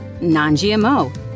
non-GMO